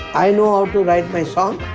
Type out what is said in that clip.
i know how to write my song,